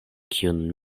kiun